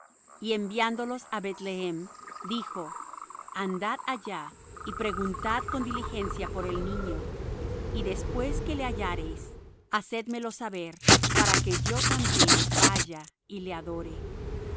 y enviándolos á bethlehem dijo andad allá y preguntad con diligencia por el niño y después que le hallareis hacédmelo saber para que yo también vaya y le adore y